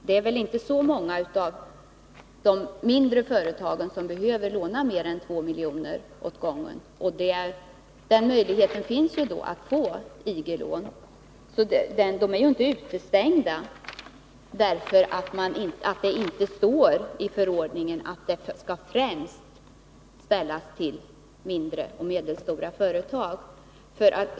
Det är väl inte så många av de mindre företagen som behöver låna mer än 2 miljoner åt gången, och då finns möjligheten att få IG-lån. De mindre företagen är inte utestängda bara därför att det inte står i förordningen att lånen främst skall ställas till de mindre och medelstora företagen.